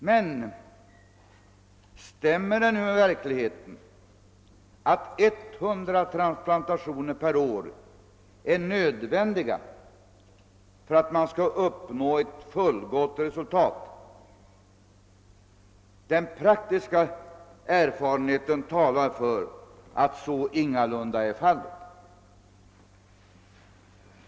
Men stämmer det med verkligheten att 100 transplantationer per år är nödvändiga för att ett fuligott resultat skall uppnås? Den praktiska erfarenheten talar för att så ingalunda är fallet.